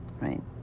right